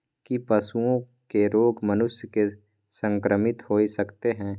की पशुओं के रोग मनुष्य के संक्रमित होय सकते है?